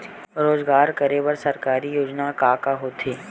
रोजगार करे बर सरकारी योजना का का होथे?